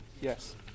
Yes